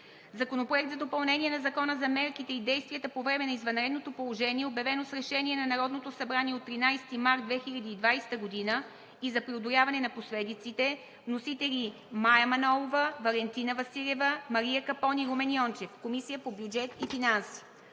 Законопроект за допълнение на Закона за мерките и действията по време на извънредното положение, обявено с Решение на Народното събрание от 13 март 2020 г. и за преодоляване на последиците. Вносители – Мая Манолова, Валентина Василева, Мария Капон и Румен Йончев. Водеща е Комисията по бюджет и финанси.